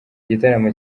gitaramo